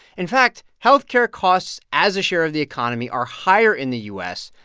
in fact, health care costs as a share of the economy are higher in the u s.